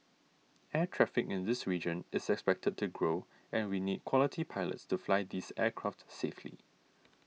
air traffic in this region is expected to grow and we need quality pilots to fly these aircraft safely